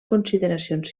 consideracions